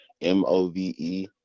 m-o-v-e